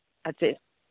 ᱟᱨ ᱪᱮᱫ